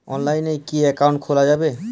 অনলাইনে কি অ্যাকাউন্ট খোলা যাবে?